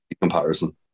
comparison